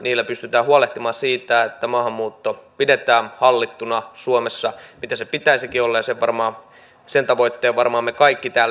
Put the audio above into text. niillä pystytään huolehtimaan siitä että maahanmuutto pidetään hallittuna suomessa mitä sen pitäisikin olla ja sen tavoitteen varmaan me kaikki täällä jaamme